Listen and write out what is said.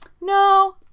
No